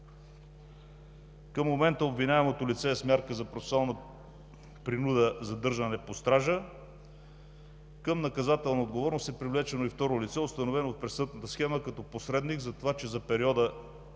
Към момента обвиняемото лице е с мярка за процесуална принуда задържане под стража. Към наказателна отговорност е привлечено и второ лице, установено в престъпната схема като посредник, за това, че за периода